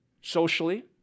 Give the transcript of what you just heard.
Socially